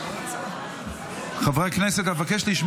עאידה תומא